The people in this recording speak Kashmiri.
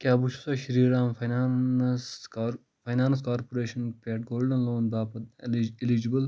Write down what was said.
کیٛاہ بہٕ چھُسہ Shri Ram finance car finance corporation پٮ۪ٹھٕ گولڈ لون باپتھ اٮ۪لِج اِلیٖجبٕل